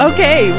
Okay